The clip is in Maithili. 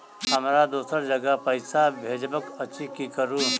हमरा दोसर जगह पैसा भेजबाक अछि की करू?